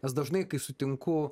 nes dažnai kai sutinku